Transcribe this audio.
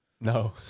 No